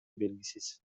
белгисиз